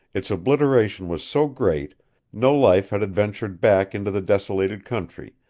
its obliteration was so great no life had adventured back into the desolated country,